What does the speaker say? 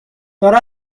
داره